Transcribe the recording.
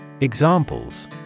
Examples